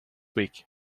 week